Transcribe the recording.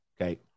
Okay